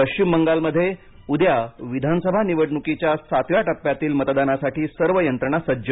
पश्चिम बंगालमध्ये उद्या विधानसभा निवडणुकीच्या सातव्या टप्प्यातील मतदानासाठी सर्व यंत्रणा सज्ज